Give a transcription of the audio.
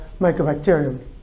mycobacterium